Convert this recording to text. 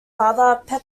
father